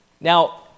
Now